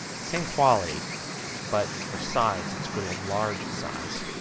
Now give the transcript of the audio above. same quality but for size let's go to a large size